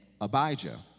Abijah